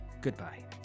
goodbye